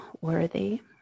worthy